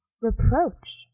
reproach